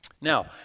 Now